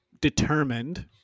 Determined